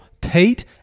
Tate